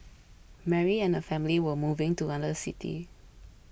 Mary and her family were moving to another city